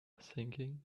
thinking